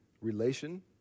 relation